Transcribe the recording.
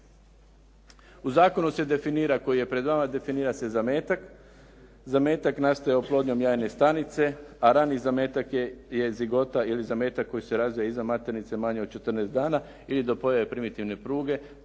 U zakonu se definira, koji je pred vama, definira se zametak. Zametak nastaje oplodnjom jajne stanice, a rani zametak je zigota ili zametak koji se razvija izvan maternice manje od 14 dana i do pojave primitivne pruge.